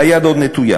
והיד עוד נטויה.